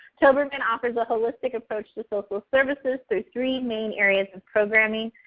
toberman offers a holistic approach to social services through three main areas of programming.